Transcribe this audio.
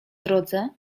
drodze